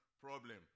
problem